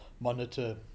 monitor